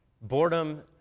Boredom